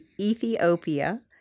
Ethiopia